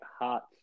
hot